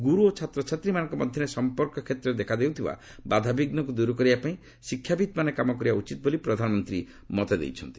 ଗ୍ରର୍ ଓ ଛାତ୍ରଛାତ୍ରୀମାନଙ୍କ ମଧ୍ୟରେ ସଂପର୍କ କ୍ଷେତ୍ରରେ ଦେଖା ଦେଉଥିବା ବାଧାବିଘ୍ନକୁ ଦୂର କରିବା ପାଇଁ ଶିକ୍ଷାବିତ୍ମାନେ କାମ କରିବା ଉଚିତ୍ ବୋଲି ପ୍ରଧାନମନ୍ତ୍ରୀ ମତ ଦେଇଛନ୍ତି